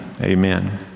amen